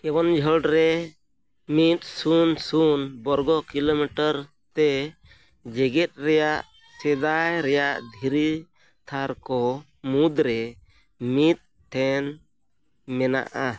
ᱠᱮᱵᱳᱱᱡᱷᱳᱲ ᱨᱮ ᱢᱤᱫ ᱥᱩᱱ ᱥᱩᱱ ᱵᱚᱨᱜᱚ ᱠᱤᱞᱳᱢᱤᱴᱟᱨ ᱛᱮ ᱡᱮᱜᱮᱫ ᱨᱮᱭᱟᱜ ᱥᱮᱫᱟᱭ ᱨᱮᱭᱟᱜ ᱫᱷᱤᱨᱤ ᱛᱷᱟᱨ ᱠᱚ ᱢᱩᱫᱽ ᱨᱮ ᱢᱤᱫᱴᱮᱱ ᱢᱮᱱᱟᱜᱼᱟ